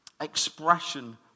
expression